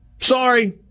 Sorry